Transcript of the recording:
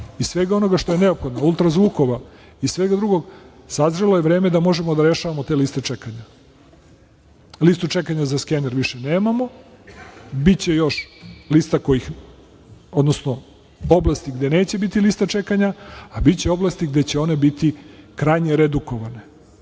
i svega onoga što je neophodno, ultrazvukova i svega drugog sazrelo je vreme da možemo da rešavamo te liste čekanja. Listu čekanja za skener više nemamo, biće još lista, odnosno oblasti gde neće biti lista čekanja, a biće oblasti gde će one biti krajnje redukovane.